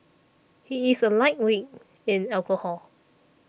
he is a lightweight in alcohol